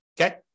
okay